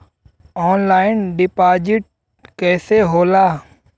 Online deposit कैसे होला?